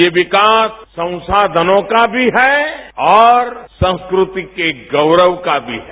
ये विकास संसाधनों का भी है और संस्कृति के गौरव का भी है